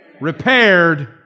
repaired